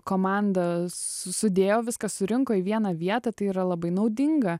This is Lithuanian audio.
komanda sudėjo viską surinko į vieną vietą tai yra labai naudinga